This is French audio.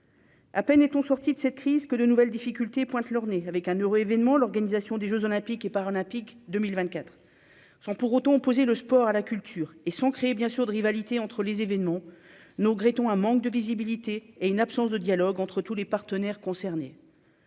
à peine est-on sorti de cette crise que de nouvelles difficultés pointent leur nez avec un heureux événement : l'organisation des Jeux olympiques et paralympiques 2024 sans pour autant opposer le sport à la culture et sont créés, bien sûr, de rivalité entre les événements nos regrettons un manque de visibilité et une absence de dialogue entre tous les partenaires concernés,